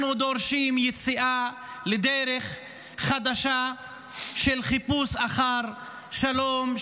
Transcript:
אנחנו דורשים יציאה לדרך חדשה של חיפוש אחר שלום,